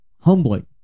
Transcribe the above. humbling